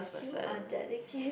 you are dedicate